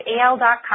AL.com